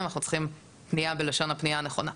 אנחנו צריכים שתהיה פנייה למטופל בלשון הפנייה הנכונה.